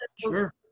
sure